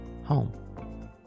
home